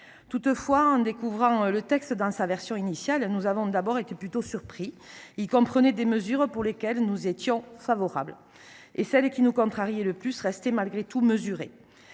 Toutefois, en découvrant le texte dans sa version initiale, nous avons d’abord été plutôt surpris. Il comprenait des mesures auxquelles nous étions favorables, et celles qui nous contrariaient le plus restaient malgré tout tempérées.